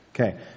okay